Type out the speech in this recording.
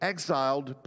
Exiled